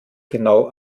genau